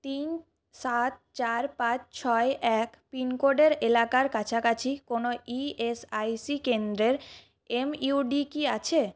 তিন সাত চার পাঁচ ছয় এক পিন কোডের এলাকার কাছাকাছি কোনও ইএসআইসি কেন্দ্রের এমইউডি কি আছে